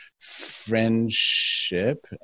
friendship